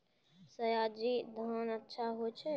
सयाजी धान अच्छा होय छै?